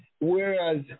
whereas